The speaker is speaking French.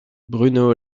bruno